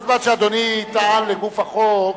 כל זמן שאדוני טען לגוף החוק,